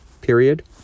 period